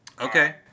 Okay